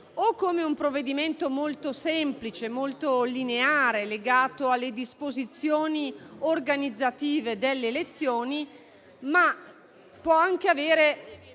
come un provvedimento molto semplice, molto lineare, legato alle disposizioni organizzative delle elezioni, oppure può anche avere